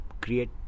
create